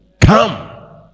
Come